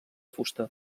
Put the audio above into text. fusta